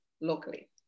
locally